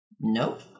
Nope